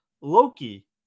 Loki